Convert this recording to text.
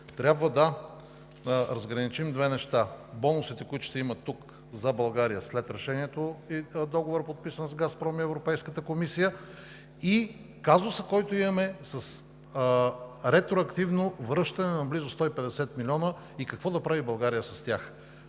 Трябва да разграничим две неща – бонусите, които ще има тук за България след решението, и договора, подписан с Газпром и Европейската комисия, и казуса, който имаме с ретроактивно връщане на близо 150 милиона, и какво да прави България с тях?